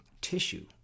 tissue